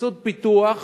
סבסוד הפיתוח